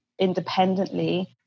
independently